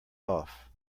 off